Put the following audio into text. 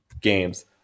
games